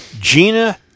Gina